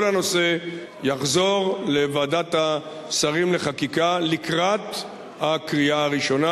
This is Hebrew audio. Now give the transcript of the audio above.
כל הנושא יחזור לוועדת השרים לחקיקה לקראת הקריאה הראשונה,